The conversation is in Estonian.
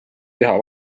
teha